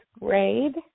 grade